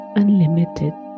unlimited